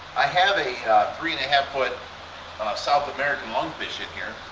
i have a three and a half foot south american lungfish in here